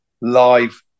live